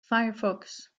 firefox